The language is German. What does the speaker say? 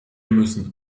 müssen